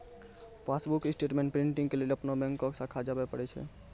passbook statement printing के लेली अपनो बैंको के शाखा जाबे परै छै